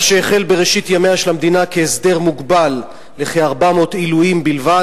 מה שהחל בראשית ימיה של המדינה כהסדר מוגבל לכ-400 עילויים בלבד,